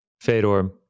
Fedor